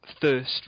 first